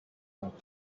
right